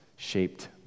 shaped